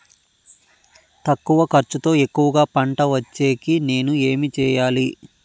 తక్కువ ఖర్చుతో ఎక్కువగా పంట వచ్చేకి నేను ఏమి చేయాలి?